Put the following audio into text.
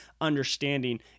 understanding